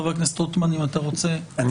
חבר הכנסת רוטמן, אם אתה רוצה, בבקשה.